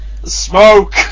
Smoke